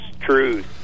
truth